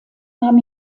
nahm